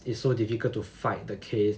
it's so difficult to fight the case